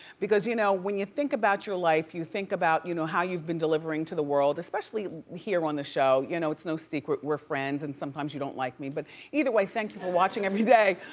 because you know when you think about your life, you think about you know how you've been delivering to the world, especially here on the show. you know it's no secret we're friends and sometimes you don't like me, but either either way, thank you for watching every day.